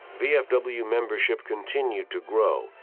vfw membership continued to grow,